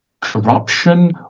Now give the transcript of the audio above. corruption